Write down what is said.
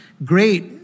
Great